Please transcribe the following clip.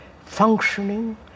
functioning